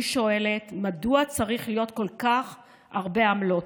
אני שואלת: מדוע צריכות להיות כל כך הרבה עמלות?